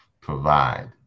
provide